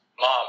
Mom